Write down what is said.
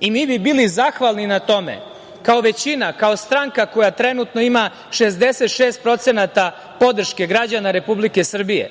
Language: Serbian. bi bili zahvalni na tome, kao većina, kao stranka koja trenutno ima 66% podrške građana Republike Srbije,